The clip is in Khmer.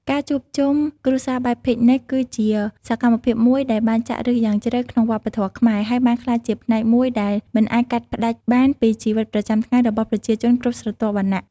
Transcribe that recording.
ការជួបជុំគ្រួសារបែបពិកនិច គឺជាសកម្មភាពមួយដែលបានចាក់ឫសយ៉ាងជ្រៅក្នុងវប្បធម៌ខ្មែរ ហើយបានក្លាយជាផ្នែកមួយដែលមិនអាចកាត់ផ្តាច់បានពីជីវិតប្រចាំថ្ងៃរបស់ប្រជាជនគ្រប់ស្រទាប់វណ្ណៈ។